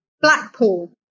Blackpool